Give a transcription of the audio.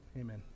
amen